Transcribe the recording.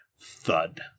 thud